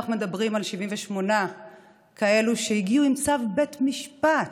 אנחנו מדברים על 78 בנים שהגיעו בצו בית משפט,